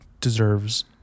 Deserves